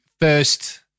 first